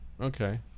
Okay